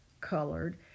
colored